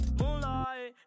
moonlight